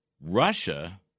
Russia